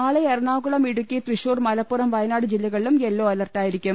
നാളെ എറണാകുളം ഇടുക്കി തൃശൂർ മലപ്പുറം വയനാട് ജില്ലകളിലും യെല്ലോ അലർട്ടായിരിക്കും